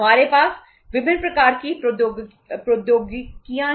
हमारे पास विभिन्न प्रकार की प्रौद्योगिकियां हैं